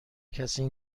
کسی